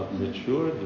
mature